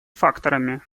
факторами